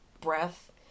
breath